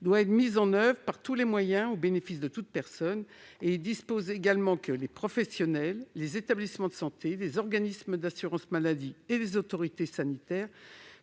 doit être mis en oeuvre par tous moyens disponibles au bénéfice de toute personne et que les professionnels, les établissements de santé, les organismes d'assurance maladie et les autorités sanitaires